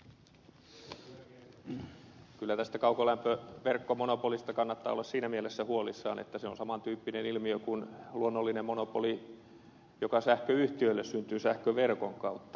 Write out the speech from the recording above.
kyllä tästä kaukolämpöverkkomonopolista kannattaa olla siinä mielessä huolissaan että se on saman tyyppinen ilmiö kuin luonnollinen monopoli joka sähköyhtiöille syntyy sähköverkon kautta